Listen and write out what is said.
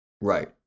Right